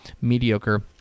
mediocre